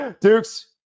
dukes